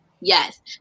yes